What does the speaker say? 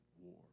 war